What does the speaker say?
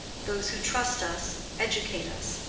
those who trust us educate us.